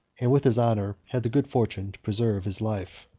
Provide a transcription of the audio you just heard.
and, with his honor, had the good fortune to preserve his life.